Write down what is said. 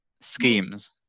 schemes